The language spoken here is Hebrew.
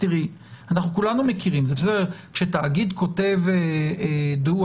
כולנו מכירים, זה בסדר, כאשר תאגיד כותב דוח,